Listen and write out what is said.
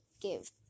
give